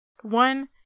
One